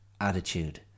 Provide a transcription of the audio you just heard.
Attitude